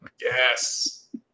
Yes